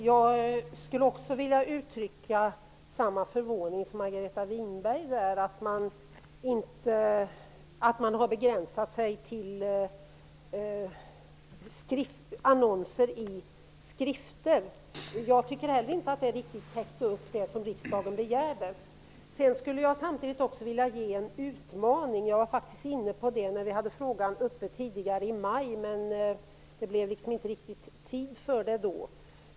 Herr talman! Jag skulle vilja uttrycka samma förvåning som Margareta Winberg över att man har begränsat sig till annonser i skrifter. Jag tycker inte heller att det riktigt täcker upp det som riksdagen begärde. Jag skulle också samtidigt vilja ge en utmaning. Jag var faktiskt inne på det när vi hade frågan uppe tidigare, men det blev inte riktigt tid för det då.